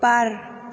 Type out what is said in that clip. बार